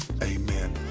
Amen